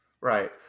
right